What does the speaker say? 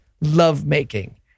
lovemaking